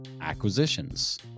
acquisitions